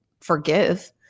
forgive